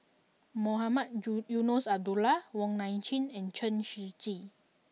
Mohamed Ju Eunos Abdullah Wong Nai Chin and Chen Shiji